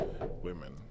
women